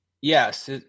Yes